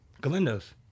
Galindo's